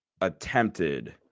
attempted